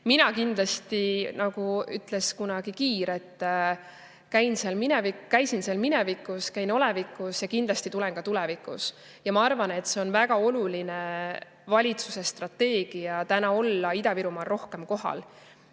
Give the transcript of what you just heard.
Mina kindlasti, nagu ütles kunagi Kiir, käisin seal minevikus, käin seal olevikus ja kindlasti tulen ka tulevikus. Ma arvan, et see on väga oluline valitsuse strateegia olla täna Ida-Virumaal rohkem kohal.